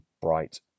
bright